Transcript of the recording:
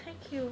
thank you